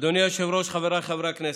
אדוני היושב-ראש, חבריי חברי הכנסת,